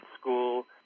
school